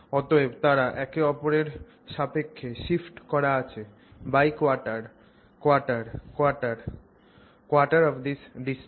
অতএব তারা একে অপরের সাপেক্ষে শিফট করা আছে by quarter quarter quarter quarter of this distance